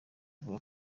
avuga